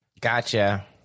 Gotcha